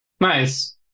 Nice